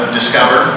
discover